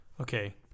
Okay